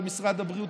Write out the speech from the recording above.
במשרד הבריאות,